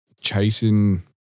chasing